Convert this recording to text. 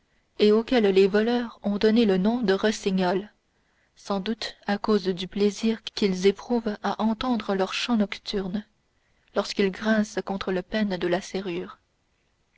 et auxquels les voleurs ont donné le nom de rossignols sans doute à cause du plaisir qu'ils éprouvent à entendre leur chant nocturne lorsqu'ils grincent contre le pêne de la serrure